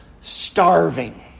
starving